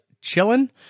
chilling